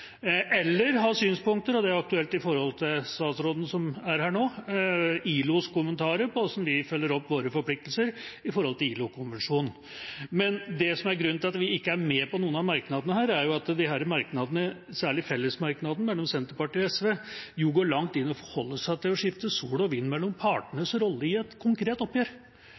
eller har synspunkter på, og det er aktuelt i forhold til statsråden som er her nå, ILOs kommentarer på hvordan vi følger opp våre forpliktelser i forhold til ILO-konvensjonen. Men det som er grunnen til at vi ikke er med på noen av merknadene her, er at disse merknadene, særlig fellesmerknaden mellom Senterpartiet og SV, går langt i å forholde seg til å skifte sol og vind mellom partenes rolle i et konkret oppgjør,